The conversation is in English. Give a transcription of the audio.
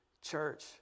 church